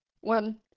one